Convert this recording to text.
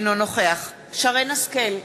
אינו נוכח שרן השכל,